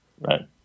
Right